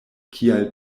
kial